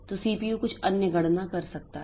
तो सीपीयू कुछ अन्य गणना कर सकता है